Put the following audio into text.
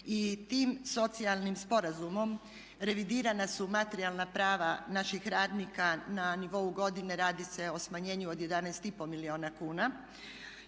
i tim socijalnim sporazumom revidirana su materijalna prava naših radnika. Na nivou godine radi se o smanjenju od 11,5 milijuna kuna.